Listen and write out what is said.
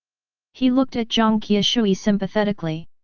he looked at jiang qiushui sympathetically.